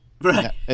Right